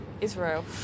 Israel